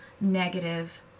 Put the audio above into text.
negative